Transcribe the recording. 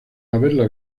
haberla